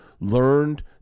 learned